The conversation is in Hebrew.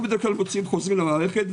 אנחנו בדרך כלל מוציאים חוזרים למערכת,